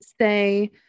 say